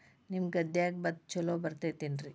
ನಿಮ್ಮ ಗದ್ಯಾಗ ಭತ್ತ ಛಲೋ ಬರ್ತೇತೇನ್ರಿ?